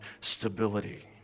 stability